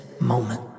moment